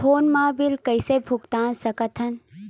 Phone मा bill कइसे भुक्तान साकत हन?